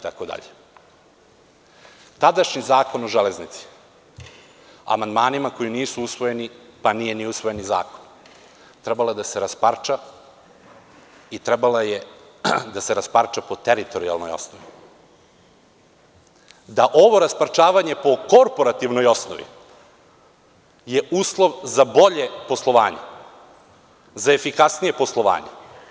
Tadašnji Zakon o železnici amandmanima koji nisu usvojeni, pa nije usvojen ni zakon, trebao je da se rasparča i trebala je da se rasparča po teritorijalnoj osnovi, da ovo rasparčavanje po korporativnoj osnovi je uslov za bolje poslovanje, za efikasnije poslovanje.